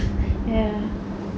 ya